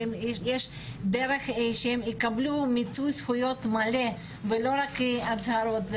שיש דרך שהן תקבלנה מיצוי זכויות מלא ולא רק הצהרות.